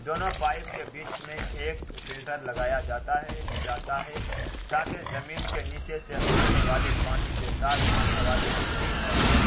دونوں پائپ کے بیچ میں ایک فلٹر لگایا جاتا ہے جاتا ہے تاکہ زمین کے نیچے سے آنے والے پانی کے ساتھ آنے والی مٹی اور ریت